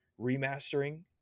remastering